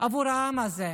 עבור העם הזה,